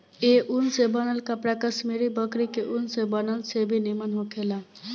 ए ऊन से बनल कपड़ा कश्मीरी बकरी के ऊन के बनल से भी निमन होखेला